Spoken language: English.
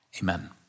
Amen